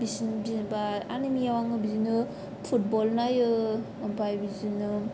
बिसोरनि आनिमिआव बिदिनो फुटबल नायो ओमफाय बिदिनो